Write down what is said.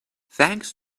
thanks